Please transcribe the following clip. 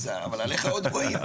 אבל עליך עוד רואים.